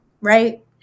right